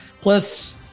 Plus